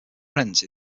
rent